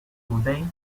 today